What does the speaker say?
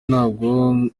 ntabwo